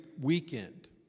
weekend